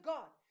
God